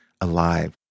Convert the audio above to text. alive